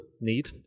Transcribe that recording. need